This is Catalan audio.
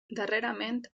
darrerament